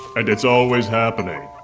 and it's always happening.